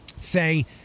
say